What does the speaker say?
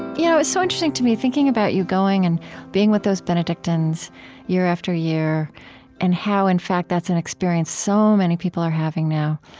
you know it's so interesting to me, thinking about you going and being with those benedictines year after year and how, in fact, that's an experience so many people are having now.